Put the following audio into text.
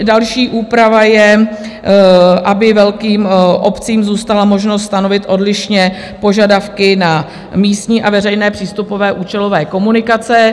Další úprava je, aby velkým obcím zůstala možnost stanovit odlišně požadavky na místní a veřejné přístupové účelové komunikace.